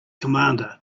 commander